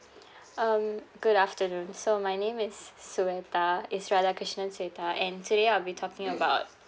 um good afternoon so my name is sunita it's radhakrishnan sunita and today be talking about